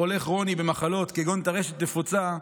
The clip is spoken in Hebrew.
חולה כרוני במחלות כגון טרשת נפוצה,